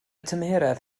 tymheredd